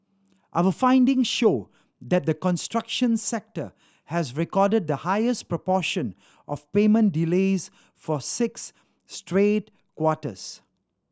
our finding show that the construction sector has recorded the highest proportion of payment delays for six straight quarters